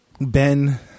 Ben